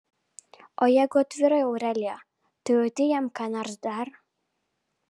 o jeigu atvirai aurelija tu jauti jam ką nors dar